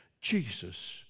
Jesus